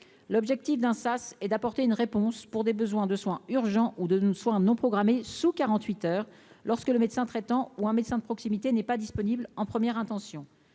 l'objectif d'un sas et d'apporter une réponse pour des besoins de soins urgents ou de soins non programmés sous 48 heures lorsque le médecin traitant ou un médecin de proximité n'est pas disponible en première intention,